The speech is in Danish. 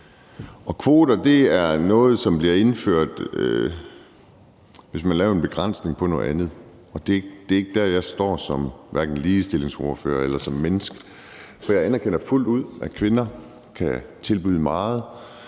Kvoter er noget, som bliver indført, hvis man laver en begrænsning på noget andet, og det er ikke der, jeg står som hverken ligestillingsordfører eller som menneske. Jeg anerkender fuldt ud, at kvinder kan tilbyde meget